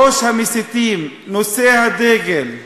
ראש המסיתים, נושא הדגל,